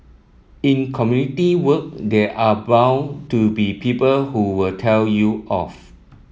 in community work there are bound to be people who will tell you off